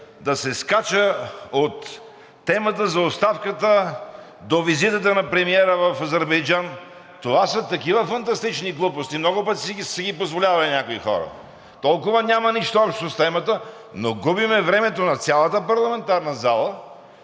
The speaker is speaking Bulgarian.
да се скача от темата за оставката до визитата на премиера в Азербайджан – това са такива фантастични глупости, много пъти са си ги позволявали някои хора! Толкова няма нищо общо с темата, но губим времето на цялата парламентарна зала!